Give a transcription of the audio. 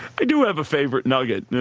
i do have a favorite nugget.